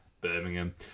Birmingham